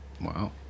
Wow